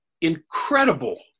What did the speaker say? incredible